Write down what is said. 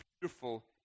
beautiful